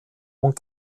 und